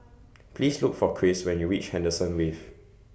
Please Look For Chris when YOU REACH Henderson Wave